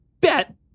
bet